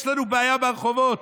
יש לנו בעיה ברחובות,